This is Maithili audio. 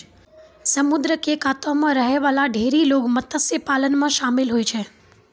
समुद्र क कातो म रहै वाला ढेरी लोग मत्स्य पालन म शामिल होय छै